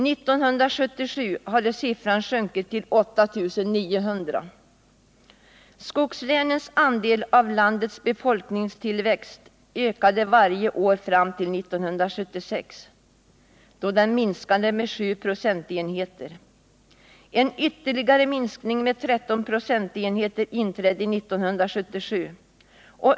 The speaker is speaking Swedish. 1977 hade siffran sjunkit till 8 900. Skogslänens andel av landets befolkningstillväxt ökade varje år fram till 1976, då den minskade med 7 procentenheter. En ytterligare minskning med 13 procentenheter inträdde 1977.